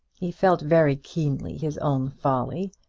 he felt very keenly his own folly,